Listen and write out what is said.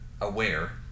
aware